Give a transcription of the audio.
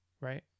right